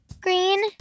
green